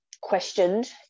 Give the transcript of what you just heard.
questioned